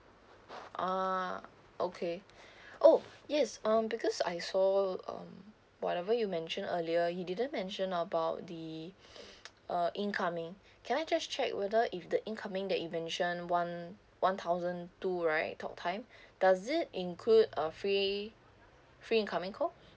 ah okay oh yes um because I saw um whatever you mentioned earlier you didn't mention about the uh incoming can I just check whether if the incoming that you mentioned one one thousand two right talk time does it include a free free incoming call